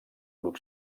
grup